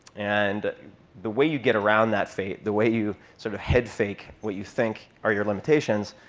and the way you get around that fate, the way you sort of head-fake what you think are your limitations,